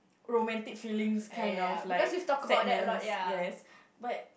romantic feelings kind of like sadness yes but